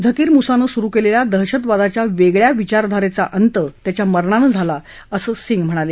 झकीर मुसानं सुरु केलेल्या दहशतवादाच्या वेगळ्या विचारधारेचा अंत त्याच्या मरणानं झाला असं सिंग म्हणाले